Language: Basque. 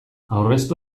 aurreztu